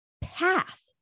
path